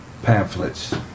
pamphlets